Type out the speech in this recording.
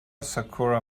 sakura